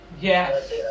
Yes